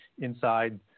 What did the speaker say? inside